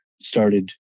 started